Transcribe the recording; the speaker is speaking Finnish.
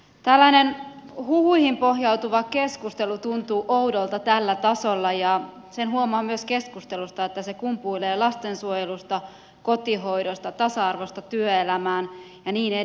tällainen huhuihin pohjautuva keskustelu tuntuu oudolta tällä tasolla ja sen huomaa myös keskustelusta että se kumpuilee lastensuojelusta kotihoidosta tasa arvosta työelämään ja niin edelleen